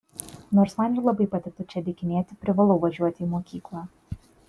nors man ir labai patiktų čia dykinėti privalau važiuoti į mokyklą